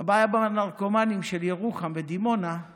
הבעיה בנרקומנים של ירוחם ודימונה היא